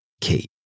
Kate